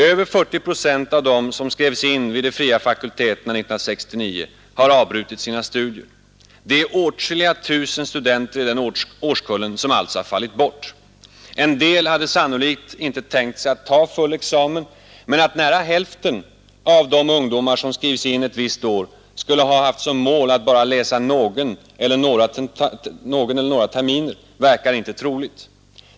Över 40 procent av dem som skrevs in vid de fria fakulteterna 1969 hade avbrutit sina studier. Det är åtskilliga tusen studenter i den årskullen som alltså har fallit bort. En del hade sannolikt inte tänkt sig att ta full examen, men att nära hälften av de ungdomar som skrivs in ett visst år skulle ha haft som mål att bara läsa någon eller några terminer verkar inte troligt.